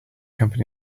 company